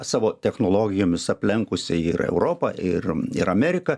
savo technologijomis aplenkusi ir europą ir ir amerika